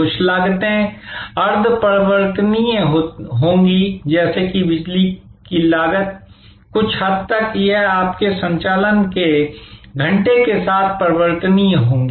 कुछ लागतें अर्ध परिवर्तनीय होंगी जैसे कि बिजली की लागत कुछ हद तक यह आपके संचालन के घंटे के साथ परिवर्तनीय होगी